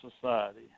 society